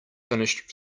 finished